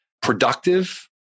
productive